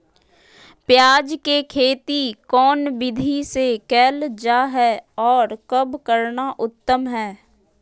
प्याज के खेती कौन विधि से कैल जा है, और कब करना उत्तम है?